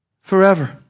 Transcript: forever